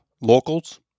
locals